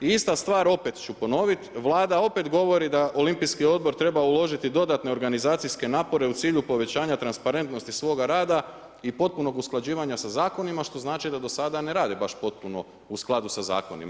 Ista stvar, opet ću ponoviti, Vlada opet govori da Olimpijski odbor treba uložiti dodatne organizacijske napore u cilju povećanja transparentnosti svoga rada i potpunog usklađivanja sa zakonima što znači da do sada ne rade baš potpuno u skladu sa zakonima.